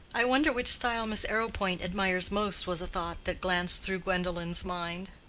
i wonder which style miss arrowpoint admires most was a thought that glanced through gwendolen's mind,